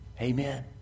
Amen